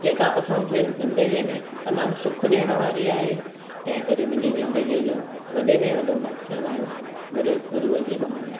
जेका असांखे ज़िंदगीअ में तमामु सुख ॾियणु वारी आहे तंहिं करे मुंहिंजी ज़िंदगीअ जो वॾे में वॾो मकसदु आहे गुरुअ जी बाणी